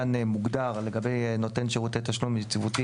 כאן מוגדר לגבי נותן שירותי תשלום יציבותי